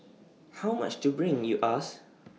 how much to bring you ask